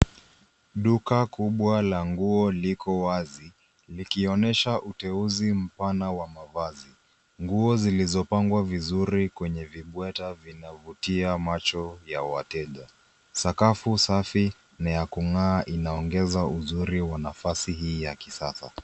Duka kubwa la nguo liko wazi, likionyesha uteuzi mpana wa mavazi. Nguo zilizopangwa vizuri kwenye vibwata vinavutia macho ya wateja. Sakafu safi na ya kung'aa inaongeza uzuri wa nafasi hii ya kisasa.